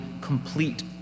complete